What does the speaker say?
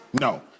no